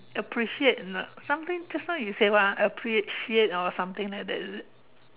appreciate or not something just now you say what ah appreciate or something like that is it